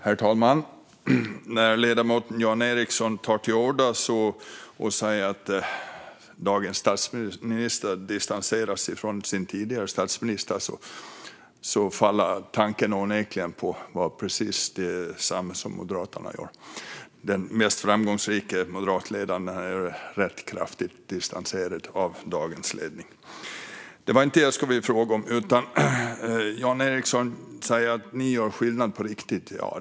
Herr talman! När ledamoten Jan Ericson tar till orda och säger att dagens statsminister distanserar sig från sin tidigare statsminister infinner sig onekligen tanken att det är precis detsamma som Moderaterna gör. Den mest framgångsrike moderatledaren var rätt kraftigt distanserad från dagens ledning. Men det var inte det jag skulle fråga om. Du säger att ni gör skillnad på riktigt, Jan Ericson.